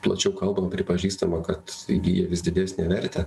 plačiau kalbam pripažįstama kad įgyja vis didesnę vertę